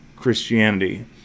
Christianity